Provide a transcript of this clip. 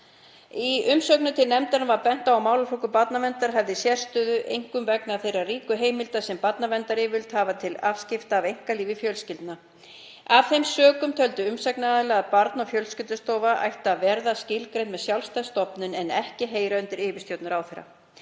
Í umsögnum til nefndarinnar var bent á að málaflokkur barnaverndar hefði sérstöðu, einkum vegna þeirra ríku heimilda sem barnaverndaryfirvöld hafa til afskipta af einkalífi fjölskyldna. Af þeim sökum töldu umsagnaraðilar að Barna- og fjölskyldustofa ætti að verða skilgreind sem sjálfstæð stofnun en ekki heyra undir yfirstjórn ráðherra.